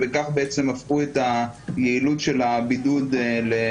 ובכך למעשה הם הפכו את היעילות של הבידוד לפחותה.